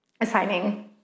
assigning